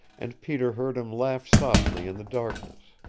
and peter heard him laugh softly in the darkness.